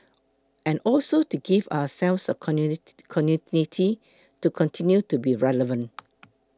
and also to give ourselves a continuity to continue to be relevant